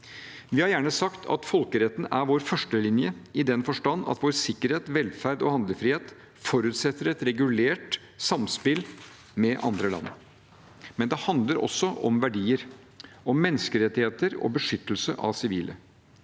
Vi har gjerne sagt at folkeretten er vår førstelinje i den forstand at vår sikkerhet, velferd og handlefrihet forutsetter et regulert samspill med andre land, men det handler også om verdier, om menneskerettigheter og beskyttelse av sivile.